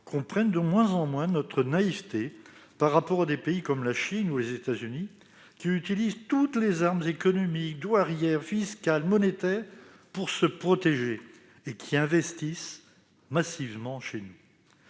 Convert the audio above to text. comprennent de moins en moins notre naïveté face à des pays comme la Chine ou les États-Unis, qui utilisent toutes les armes économiques, douanières, fiscales ou monétaires pour se protéger et qui investissent massivement chez nous.